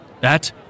That